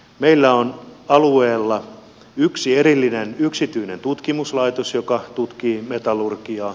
meillä on alueella yksi erillinen yksityinen tutkimuslaitos joka tutkii metallurgiaa